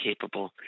capable